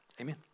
Amen